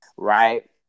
right